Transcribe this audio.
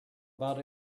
about